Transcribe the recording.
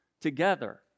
together